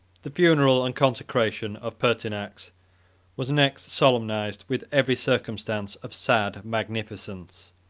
the funeral and consecration of pertinax was next solemnized with every circumstance of sad magnificence.